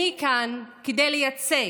אני כאן כדי לייצג,